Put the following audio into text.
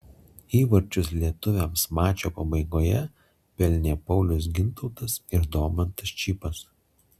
įvarčius lietuviams mačo pabaigoje pelnė paulius gintautas ir domantas čypas